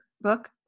book